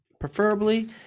Preferably